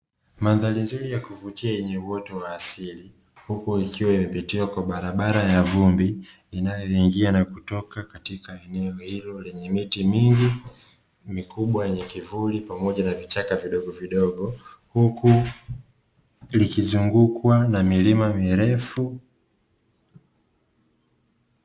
Mandhari nzuri ya kuvutia yenye uoto wa asili huku ikiwa imepitiwa kwa barabara ya vumbi inayoingia na kutoka katika eneo hilo lenye miti mingi mikubwa yenye kimvuli pamoja na vichaka vidogovidogo huku likizungukwa na milima mirefu.